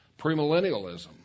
Premillennialism